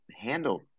handled